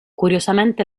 curiosamente